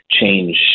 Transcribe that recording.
change